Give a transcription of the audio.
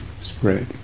spread